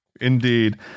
Indeed